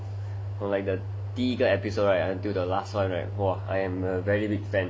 well like the 第一个 episode right until the last one right !wah! I am a very big fan